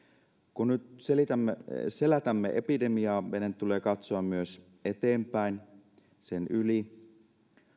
kun nyt selätämme selätämme epidemiaa meidän tulee katsoa myös eteenpäin sen yli